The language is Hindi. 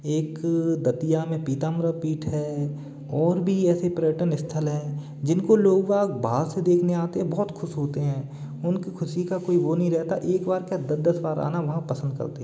एक दतिया में पीताम्बर पीठ है और भी ऐसे पर्यटन स्थल हैं जिनको लोगबाग बाहर से देखने आते हैं बहुत खुश होते हैं उनकी खुशी का कोई वो नहीं रहता एक बार क्या दस दस बार आना यहाँ पसंद करते हैं